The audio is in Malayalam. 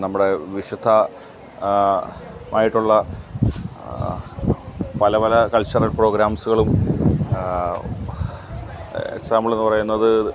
നമ്മുടെ വിശുദ്ധമായിട്ടുള്ള പല പല കൾച്ചറൽ പ്രോഗ്രാംസുകളും എക്സാമ്പിളെന്നു പറയുന്നത്